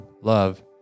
love